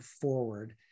forward